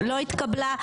לא התקבלה.